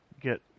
get